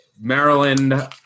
Maryland